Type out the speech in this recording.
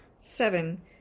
Seven